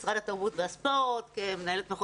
כמנהלת מחוז תל אביב במשרד החינוך.